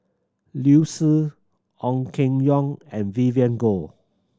Liu Si Ong Keng Yong and Vivien Goh